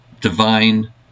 divine